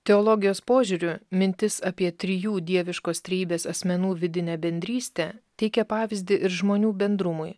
teologijos požiūriu mintis apie trijų dieviškos trejybės asmenų vidinę bendrystę teikia pavyzdį ir žmonių bendrumui